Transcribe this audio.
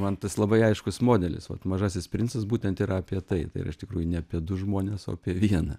man tas labai aiškus modelis vat mažasis princas būtent yra apie tai tai yra iš tikrųjų ne apie du žmones o apie vieną